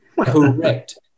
Correct